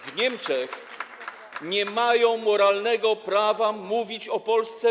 W Niemczech nie mają moralnego prawa w ogóle mówić o Polsce.